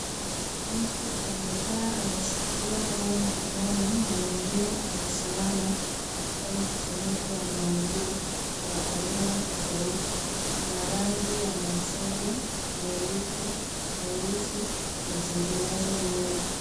Mtu amekaa ameshikilia nguo mkononi na mwingine amesimama katika mkusanyiko wa manguo wa aina tofauti, kuna rangi ya machungwa, nyeupe, nyeusi, na nyingineyo nyingi.